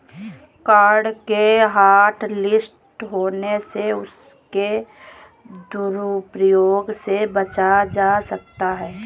card के hotlist होने से उसके दुरूप्रयोग से बचा जा सकता है